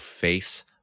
face